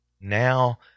Now